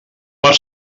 per